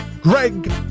greg